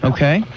Okay